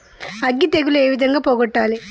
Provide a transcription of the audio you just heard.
అగ్గి తెగులు ఏ విధంగా పోగొట్టాలి?